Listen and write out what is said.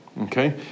Okay